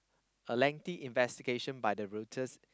a lengthy investigation by the Reuters